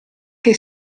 che